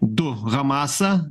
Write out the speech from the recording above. du hamasą